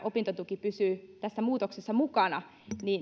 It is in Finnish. opintotuki pysyy tässä muutoksessa mukana